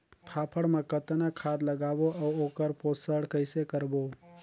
फाफण मा कतना खाद लगाबो अउ ओकर पोषण कइसे करबो?